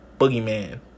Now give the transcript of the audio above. Boogeyman